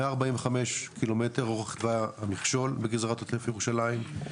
145 ק"מ אורך טוואי המכשול בגזרת עוטף ירושלים,